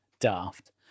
daft